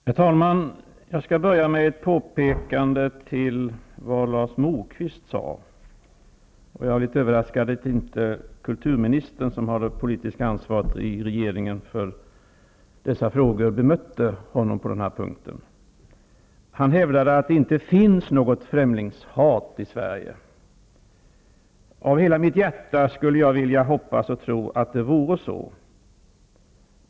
Herr talman! Jag skall börja med ett påpekande angående vad Lars Moquist sade. Jag är litet överraskad över att inte kulturministern, som har det politiska ansvaret i regeringen för dessa frågor, bemötte honom på den punkten. Lars Moquist hävdade att det inte finns något främlingshat i Sverige. Av hela mitt hjärta skulle jag vilja hoppas och tro att det vore så.